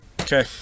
Okay